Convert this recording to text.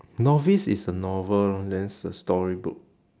novice is a novel lah then it's the storybook